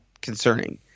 concerning